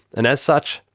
and as such,